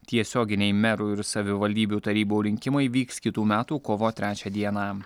tiesioginiai merų ir savivaldybių tarybų rinkimai vyks kitų metų kovo trečią dieną